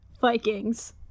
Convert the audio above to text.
Vikings